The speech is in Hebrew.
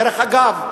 דרך אגב,